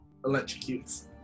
Electrocutes